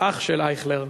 אח של אייכלר.